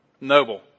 noble